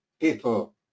people